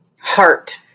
heart